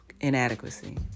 inadequacy